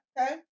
okay